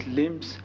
limbs